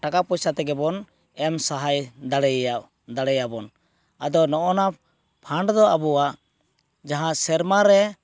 ᱴᱟᱠᱟ ᱯᱚᱭᱥᱟ ᱛᱮᱜᱮᱵᱚᱱ ᱮᱢᱥᱟᱦᱟᱭ ᱫᱟᱲᱮᱭᱟᱭᱟ ᱫᱟᱲᱮᱭᱟᱵᱚᱱ ᱟᱫᱚ ᱱᱚᱜᱼᱚ ᱱᱟ ᱯᱷᱟᱱᱰ ᱫᱚ ᱟᱵᱚᱣᱟᱜ ᱡᱟᱦᱟᱸ ᱥᱮᱨᱢᱟᱨᱮ